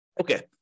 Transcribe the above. Okay